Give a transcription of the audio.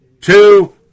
Two